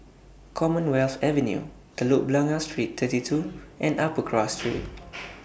Commonwealth Avenue Telok Blangah Street thirty two and Upper Cross Street